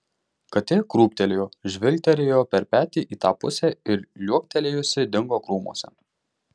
katė krūptelėjo žvilgterėjo per petį į tą pusę ir liuoktelėjusi dingo krūmuose